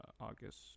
August